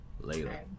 Later